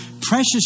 precious